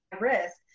risk